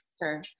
Sure